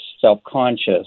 self-conscious